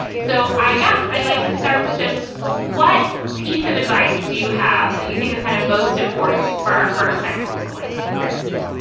so i guess i'd like to start with just what piece of advice do you have that you think is kind of most important for our first time homeschooling parents?